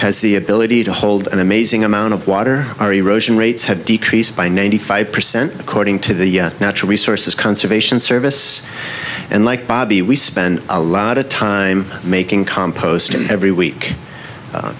has the ability to hold an amazing amount of water our erosion rates have decreased by ninety five percent according to the natural resources conservation service and like bobbie we spend a lot of time making compost and every week